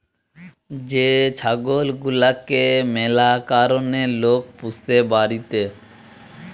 যে ছাগল গুলাকে ম্যালা কারণে লোক পুষে বাড়িতে